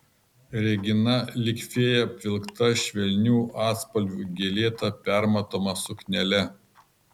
regina lyg fėja apvilkta švelnių atspalvių gėlėta permatoma suknele